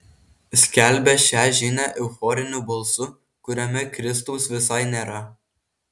skelbia šią žinią euforiniu balsu kuriame kristaus visai nėra